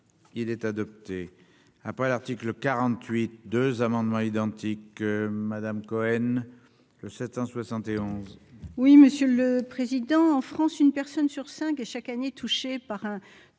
il est adopté. Après l'article 48 2 amendements identiques Madame Cohen le 771. Oui, monsieur le président, en France, une personne sur 5 est chaque année touché par un